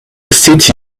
city